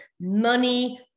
Money